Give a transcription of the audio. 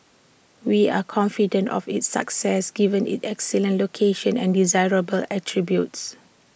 we are confident of its success given its excellent location and desirable attributes